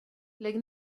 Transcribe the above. lägg